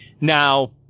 now